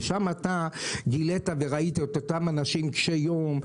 ושם אתה גילית וראית את אותם אנשים קשי יום,